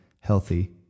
healthy